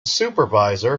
supervisor